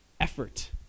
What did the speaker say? effort